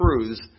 truths